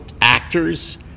actors